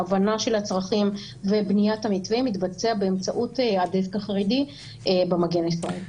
ההבנה של הצרכים ובניית המתווה מתבצע באמצעות הדסק החרדי ב'מגן ישראל'.